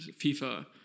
FIFA